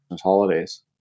holidays